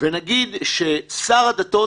ונגיד ששר הדתות